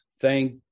Thank